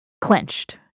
clenched